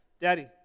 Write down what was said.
Daddy